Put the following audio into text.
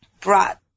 brought –